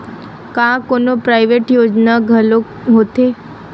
का कोनो प्राइवेट योजना घलोक होथे?